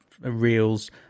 reels